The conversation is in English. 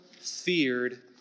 feared